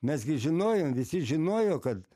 mes gi žinojom visi žinojo kad